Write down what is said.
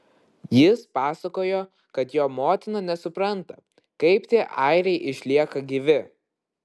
jis pasakojo kad jo motina nesupranta kaip tie airiai išlieka gyvi